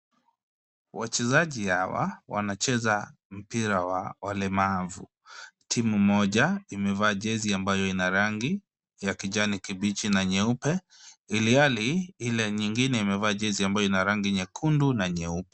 Wachezaji hawa, wanacheza mpira wa walemavu. Timu moja imevaa jezi ambayo ina rangi ya kijani kibichi na nyeupe ilhali ile nyingine imevaa jezi ambayo ina rangi nyekundu na nyeupe.